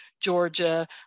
Georgia